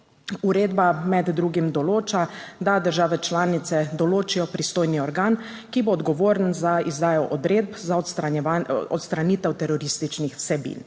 Uredba med drugim določa, da države članice določijo pristojni organ, ki bo odgovoren za izdajo odredb za odstranitev terorističnih vsebin.